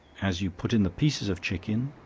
as you put in the pieces of chicken,